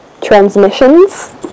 transmissions